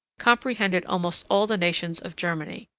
comprehended almost all the nations of germany,